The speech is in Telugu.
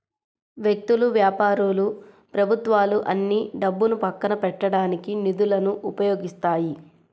వ్యక్తులు, వ్యాపారాలు ప్రభుత్వాలు అన్నీ డబ్బును పక్కన పెట్టడానికి నిధులను ఉపయోగిస్తాయి